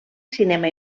cinema